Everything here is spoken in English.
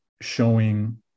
showing